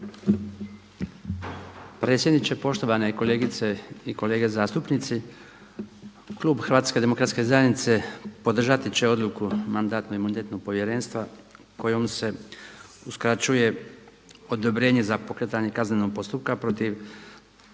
Predsjedniče, poštovane kolegice i kolege zastupnici. Klub zastupnika Hrvatske demokratske zajednice podržati će odluku Mandatno-imunitetnog povjerenstva kojom se uskraćuje odobrenje za pokretanje kaznenog postupka protiv